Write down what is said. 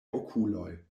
okuloj